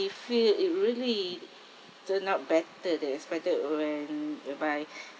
it feel it really turn out better than expected when whereby